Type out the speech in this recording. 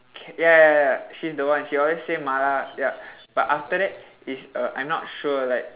ke~ ya ya ya she's the one she always say mala ya but after that is err I not sure like